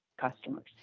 customers